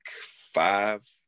five